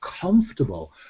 comfortable